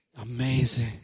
amazing